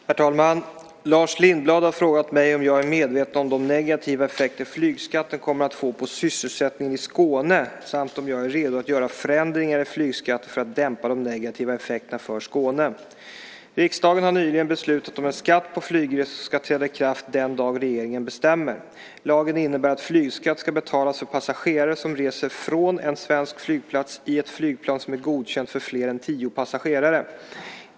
Herr talman! Lars Lindblad har frågat mig om jag är medveten om de negativa effekter flygskatten kommer att få på sysselsättningen i Skåne samt om jag är redo att göra förändringar i flygskatten för att dämpa de negativa effekterna för Skåne. Riksdagen har nyligen beslutat om en skatt på flygresor som ska träda i kraft den dag regeringen bestämmer. Lagen innebär att flygskatt ska betalas för passagerare som reser från en svensk flygplats i ett flygplan som är godkänt för fler än tio passagerare.